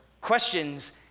questions